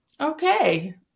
Okay